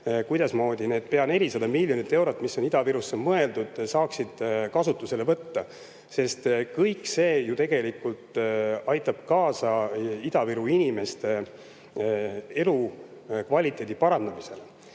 kuidasmoodi need pea 400 miljonit eurot, mis on Ida-Virusse mõeldud, saaks kasutusele võtta. Kõik see ju tegelikult aitab kaasa Ida-Viru inimeste elukvaliteedi parandamisele.